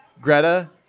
Greta